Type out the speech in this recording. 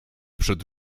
przed